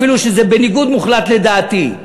אפילו שזה בניגוד מוחלט לדעתי,